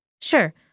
Sure